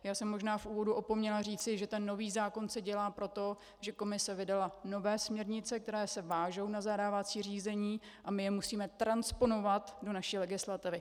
Já jsem možná v úvodu opomněla říci, že ten nový zákon se dělá proto, že Komise vydala nové směrnice, které se vážou na zadávací řízení, a my je musíme transponovat do naší legislativy.